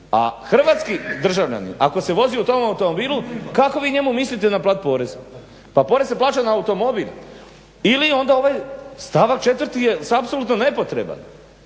a hrvatski državljanin ako se vozi u tom automobilu kako vi njemu mislite naplatiti porez? Pa porez se plaća na automobil ili onda ovaj stavak 4. je apsolutno nepotreban.